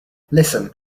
listen